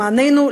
למעננו,